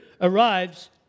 arrives